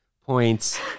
points